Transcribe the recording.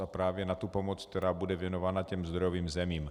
A právě na tu pomoc, která bude věnována zdrojovým zemím.